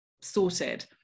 sorted